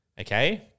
okay